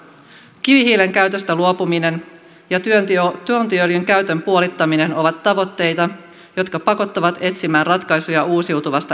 kivihiilen käytöstä luopuminen ja tuontiöljyn käytön puolittaminen ovat tavoitteita jotka pakottavat etsimään ratkaisuja uusiutuvasta energiasta